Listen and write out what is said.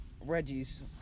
Reggie's